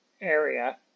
area